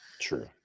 True